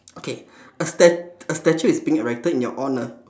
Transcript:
okay a stat~ a statue is being erected in your honour